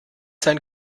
sein